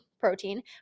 protein